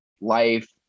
life